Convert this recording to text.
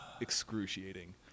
excruciating